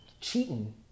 cheating